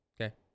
Okay